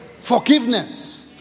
Forgiveness